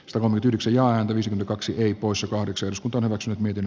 psalmityksillään kaksi poissa kahdeksan iskut olivat syyt miten